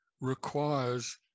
requires